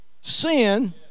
Sin